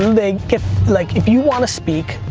if like if you want to speak,